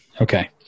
okay